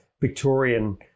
Victorian